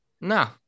No